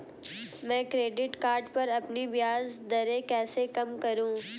मैं credit card पर अपनी ब्याज दरें कैसे कम करूँ?